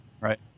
Right